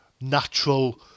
natural